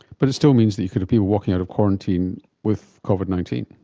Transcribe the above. but it still means that you could have people walking out of quarantine with covid nineteen.